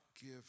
give